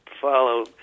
follow